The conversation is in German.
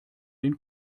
den